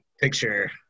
picture